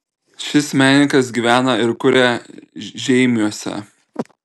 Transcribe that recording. šis menininkas gyvena ir kuria žeimiuose